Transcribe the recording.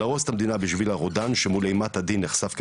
להרוס את המדינה בשביל הרודן שמול אימת הדין נחשף כפחדן,